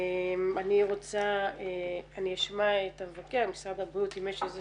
אני אשמע את המבקר, משרד הבריאות אם יש איזה